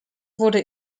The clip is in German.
wurde